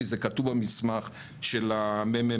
כי זה כתוב במסמך של הממ"מ.